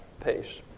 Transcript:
pace